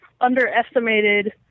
underestimated